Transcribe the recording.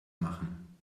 machen